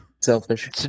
Selfish